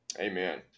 Amen